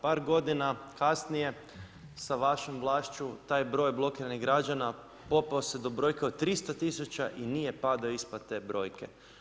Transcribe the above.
Par godina kasnije sa vašom vlašću taj broj blokiranih građana popeo se do brojke od 300 tisuća i nije padao ispod te brojke.